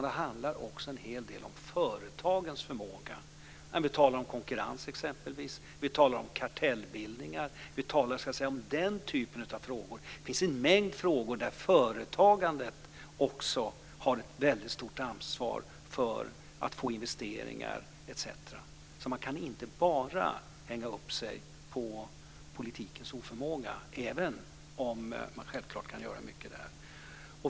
Det handlar också en hel del om företagens förmåga när vi talar om konkurrens, kartellbildningar och den typen av frågor. Det finns en mängd frågor där företagandet också har ett väldigt stort ansvar för att få investeringar etc. Man kan inte bara hänga upp sig på politikens oförmåga, även om man självklart kan göra mycket där.